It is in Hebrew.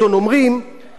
בסקר אחרון,